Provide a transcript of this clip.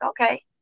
okay